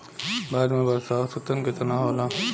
भारत में वर्षा औसतन केतना होला?